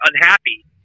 unhappy